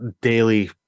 daily